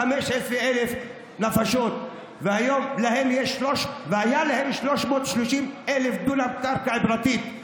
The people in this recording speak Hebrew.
כ-15,000 נפשות והיו להם 330,000 דונם קרקע פרטית.